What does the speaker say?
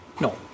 No